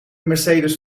mercedes